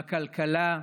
בכלכלה,